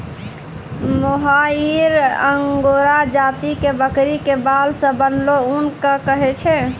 मोहायिर angora जाति के बकरी के बाल सॅ बनलो ऊन कॅ कहै छै